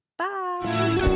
Bye